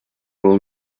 will